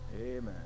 Amen